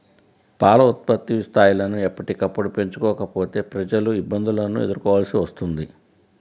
పాల ఉత్పత్తి స్థాయిలను ఎప్పటికప్పుడు పెంచుకోకపోతే ప్రజలు ఇబ్బందులను ఎదుర్కోవలసి వస్తుంది